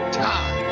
time